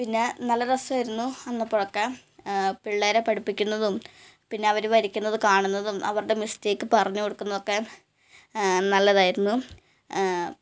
പിന്നെ നല്ല രസമായിരുന്നു അന്ന് അപ്പോഴൊക്കെ പിള്ളേരെ പഠിപ്പിക്കുന്നതും പിന്നെ അവർ വരയ്ക്കുന്നത് കാണുന്നതും അവരുടെ മിസ്റ്റേക്ക് പറഞ്ഞ് കൊടുക്കുന്നതൊക്കെ നല്ലതായിരുന്നു